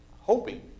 hoping